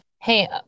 Hey